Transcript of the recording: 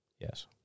Yes